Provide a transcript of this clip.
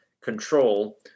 control